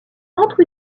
entre